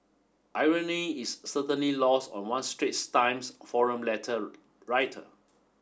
irony is certainly lost on one Straits Times forum letter writer